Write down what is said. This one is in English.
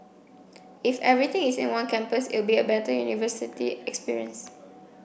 if everything is in one campus it'll be a better university experience